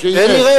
אבל אני אומר